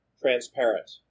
transparent